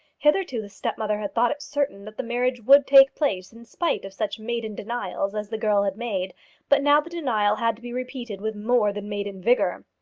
hitherto the stepmother had thought it certain that the marriage would take place in spite of such maiden denials as the girl had made but now the denial had to be repeated with more than maiden vigour.